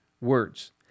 words